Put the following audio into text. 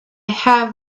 have